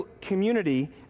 community